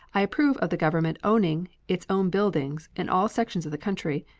i approve of the government owning its own buildings in all sections of the country,